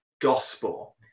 gospel